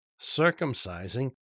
circumcising